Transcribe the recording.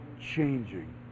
changing